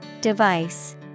Device